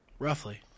Roughly